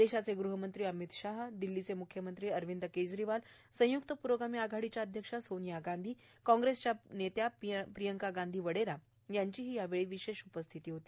देशाचे ग्हमंत्री अमित शाह दिल्लीचे म्ख्यमंत्री अरविंद केजरीवाल संय्क्त प्रोगामी आघाडीच्या अध्यक्षा सोनिया गांधी कॉग्रेसच्या प्रियंका गांधी वडेरा यांची विशेष उपस्थिती होती